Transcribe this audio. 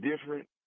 different